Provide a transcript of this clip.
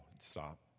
stop